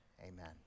Amen